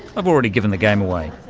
i've already given the game away.